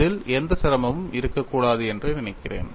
அதில் எந்த சிரமமும் இருக்கக்கூடாது என்று நினைக்கிறேன்